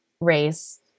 race